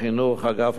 אגף הבינוי,